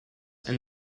and